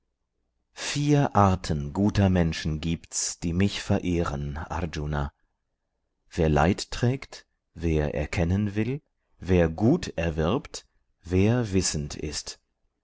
vier arten guter menschen gibt's die mich verehren arjuna wer leid trägt wer erkennen will wer gut erwirbt wer wissend ist